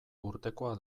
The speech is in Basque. urtekoa